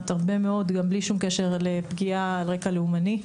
איתו הרבה מאוד גם בלי שום קשר לפגיעה על רקע לאומני.